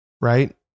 Right